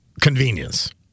convenience